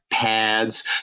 Pads